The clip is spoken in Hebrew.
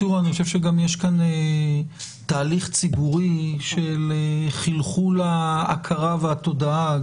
אני חושב שיש כאן גם תהליך ציבורי של חלחול ההכרה והתודעה.